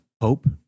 Hope